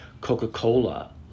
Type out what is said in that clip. Coca-Cola